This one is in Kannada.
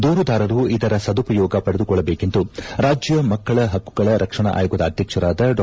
ದೂರುದಾರರು ಇದರ ಸದುಪಯೋಗ ಪಡೆದುಕೊಳ್ಳಬೇಕೆಂದು ರಾಜ್ಯ ಮಕ್ಕಳ ಪಕ್ಕುಗಳ ರಕ್ಷಣಾ ಆಯೋಗದ ಅಧ್ಯಕ್ಷರಾದ ಡಾ